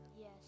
Yes